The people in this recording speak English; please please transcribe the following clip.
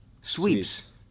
Sweeps